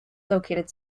located